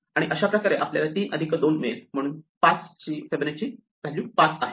आणि अशा प्रकारे आपल्याला 3 अधिक 2 मिळेल आणि म्हणून 5 ची फिबोनाची 5 आहे